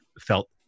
felt